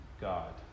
God